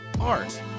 art